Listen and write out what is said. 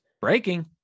breaking